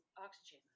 oxygen